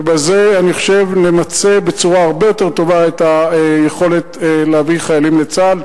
ובזה אני חושב נמצה בצורה הרבה יותר טובה את היכולת להביא חיילים לצה"ל.